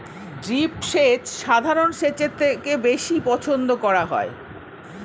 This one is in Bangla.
ড্রিপ সেচ সাধারণ সেচের থেকে বেশি পছন্দ করা হয়